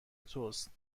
توست